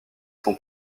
son